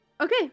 Okay